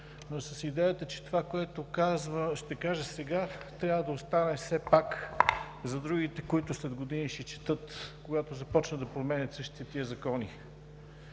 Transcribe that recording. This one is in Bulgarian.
но с идеята, че това, което ще кажа сега, трябва да остане все пак за другите, които след години ще четат, когато започнат да променят същите тези закони.